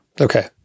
okay